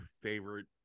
favorite